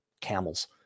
camels